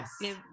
yes